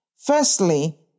Firstly